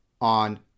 on